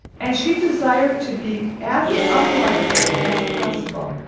and she desired to be as unlike them as possible.